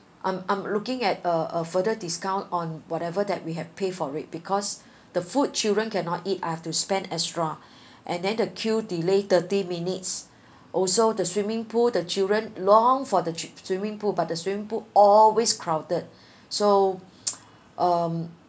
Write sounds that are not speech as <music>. I'm I'm looking at a a further discount on whatever that we have pay for it because <breath> the food children cannot eat I have to spend extra <breath> and then the queue delay thirty minutes <breath> also the swimming pool the children long for the swimming pool but the swimming pool always crowded <breath> so <noise> um